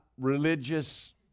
religious